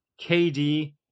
KD